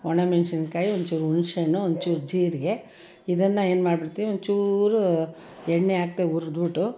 ಒಣಮೆಣ್ಸಿನ್ಕಾಯಿ ಒಂಚೂರು ಹುಣ್ಸೆ ಹಣ್ಣು ಒಂಚೂರು ಜೀರಿಗೆ ಇದನ್ನು ಏನ್ಮಾಡ್ಬಿಡ್ತೀವಿ ಒಂಚೂರು ಎಣ್ಣೆ ಹಾಕ್ದೆ ಹುರ್ದ್ಬಿಟ್ಟು